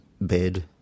bed